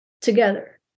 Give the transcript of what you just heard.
together